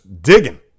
digging